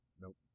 nope